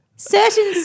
Certain